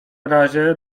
razie